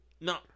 No